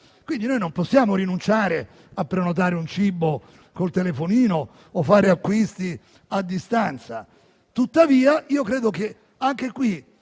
*privacy*. Non possiamo rinunciare a prenotare un cibo con il telefonino o a fare acquisti a distanza, tuttavia credo che anche qui